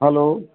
hello